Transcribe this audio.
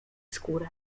skórę